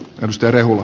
jos terve hullu